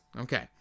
Okay